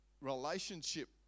relationship